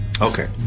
Okay